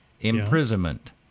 imprisonment